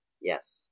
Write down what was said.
Yes